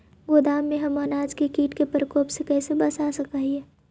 गोदाम में हम अनाज के किट के प्रकोप से कैसे बचा सक हिय?